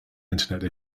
internet